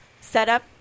setup